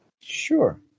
Sure